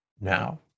now